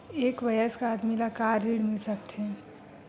एक वयस्क आदमी ला का ऋण मिल सकथे?